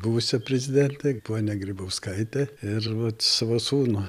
buvusią prezidentę ponią grybauskaitę ir vat savo sūnų